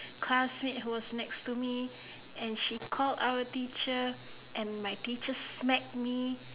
classmate who was next to me and she called our teacher and my teacher smacked me